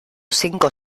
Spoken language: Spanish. cinco